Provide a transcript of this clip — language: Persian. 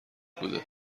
بود